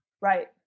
right